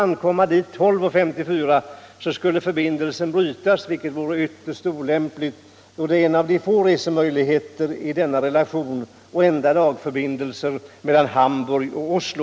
12.54 bryts förbindelsen, vilket vore ytterst olämpligt, då den är en av de få resemöjligheterna i denna relation och enda dagförbindelsen Hamburg-Oslo.